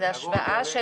זאת השוואה של